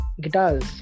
guitars